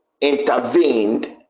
intervened